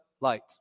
light